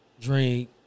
drink